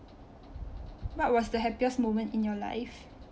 what was the happiest moment in your life